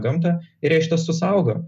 gamtą ir jie iš tiesų saugo